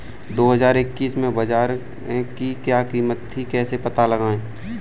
दो हज़ार इक्कीस में बाजरे की क्या कीमत थी कैसे पता लगाएँ?